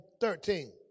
thirteen